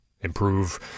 Improve